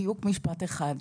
בדיוק משפט אחד.